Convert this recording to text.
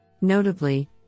Notably